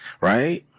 Right